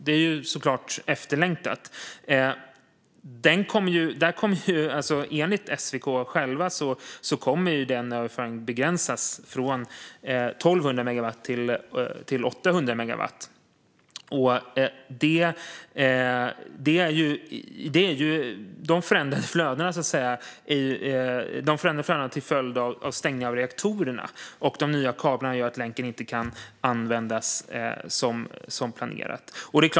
Detta är såklart efterlängtat, men enligt SVK själva kommer den överföringen att begränsas från 1 200 megawatt till 800 megawatt. De förändrade flödena, som är en följd av stängningen av reaktorerna och de nya kablarna, gör att länken inte kan användas som planerat.